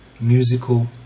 musical